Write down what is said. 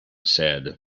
said